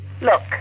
Look